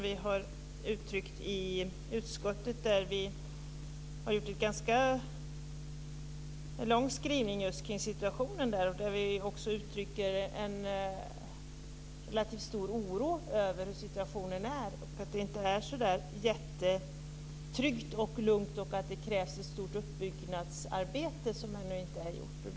Vi har i utskottet en ganska lång skrivning om situationen i det området. Vi uttrycker en relativt stor oro över situationen, som inte är så jättetrygg och lugn. Det krävs ett stort uppbyggnadsarbete, som ännu inte har genomförts.